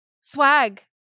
swag